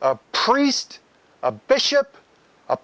a priest or a bishop a